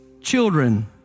Children